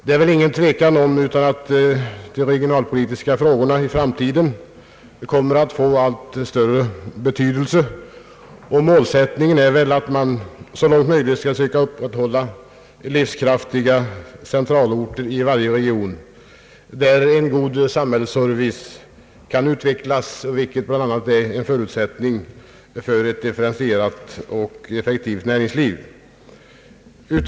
Det är väl ingen tvekan om att de regional-politiska frågorna i framtiden kommer att få allt större betydelse. Målsättningen är väl att man så långt möjligt skall försöka upprätthålla livskraftiga centralorter i varje region, där en god samhällsservice kan utvecklas, vilket bland annat är en förutsättning för ett differentierat och effektivt näringsliv.